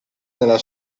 nella